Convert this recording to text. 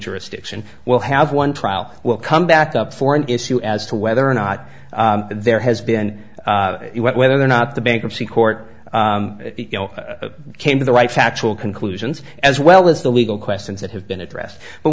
jurisdiction will have one trial will come back up for an issue as to whether or not there has been whether or not the bankruptcy court came to the right factual conclusions as well as the legal questions that have been addressed but